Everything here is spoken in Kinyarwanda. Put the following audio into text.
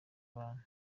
abantu